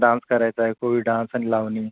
dance करायचा आहे Koli dance आणि लावणी